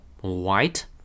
white